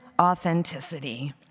authenticity